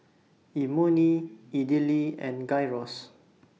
Imoni Idili and Gyros